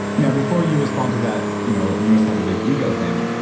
now before you respond to that, you know you must have a big ego thing.